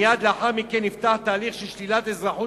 מייד לאחר מכן נפתח הליך של שלילת האזרחות